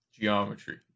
Geometry